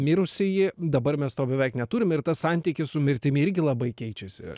mirusįjį dabar mes to beveik neturim ir tas santykis su mirtimi irgi labai keičiasi